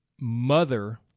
Mother